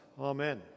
Amen